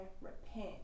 repent